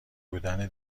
بودن